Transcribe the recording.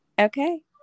Okay